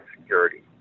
security